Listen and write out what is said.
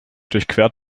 durchquert